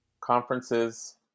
conferences